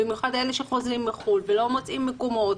במיוחד אלה שחוזרים מחוץ לארץ ולא מוצאים מקום עבודה,